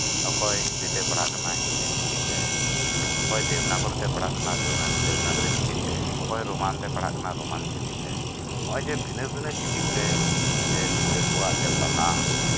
ᱚᱠᱚᱭ ᱦᱤᱱᱫᱤᱛᱮ ᱯᱟᱲᱦᱟᱜ ᱠᱟᱱᱟᱭ ᱦᱤᱱᱫᱤ ᱪᱤᱠᱤᱛᱮ ᱚᱠᱚᱭ ᱫᱮᱹᱵᱽᱱᱟᱜᱚᱨᱤ ᱛᱮ ᱯᱟᱲᱦᱟᱜ ᱠᱟᱱᱟᱭ ᱫᱮᱹᱵᱽᱱᱟᱜᱚᱨᱤ ᱪᱤᱠᱤᱛᱮ ᱚᱠᱚᱭ ᱨᱳᱢᱟᱱ ᱛᱮ ᱯᱟᱲᱦᱟᱜ ᱠᱟᱱᱟᱭ ᱨᱳᱢᱟᱱ ᱪᱤᱠᱤᱛᱮ ᱱᱚᱜ ᱚᱭ ᱡᱮ ᱵᱷᱤᱱᱟᱹ ᱵᱷᱤᱱᱟᱹ ᱪᱤᱠᱤᱛᱮ ᱜᱤᱫᱽᱨᱟᱹ ᱠᱚᱣᱟᱜ ᱯᱟᱲᱦᱟᱜ